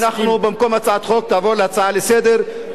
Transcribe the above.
היא תעבור להצעה לסדר-היום,